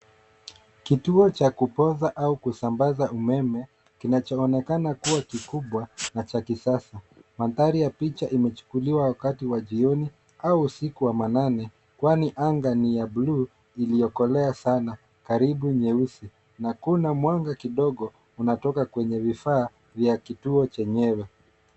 Kituo cha kupoza au kusambaza umeme kinachoonekana kuwa kikubwa na cha kisasa. Mandhari ya picha imechukuliwa wakati wa jioni, au usiku wa manane kwani anga ni ya blue iliyokolea sana, karibu nyeusi , na kuna mwanga kidogo unatoka kwenye vifaa vya kituo chenyewe.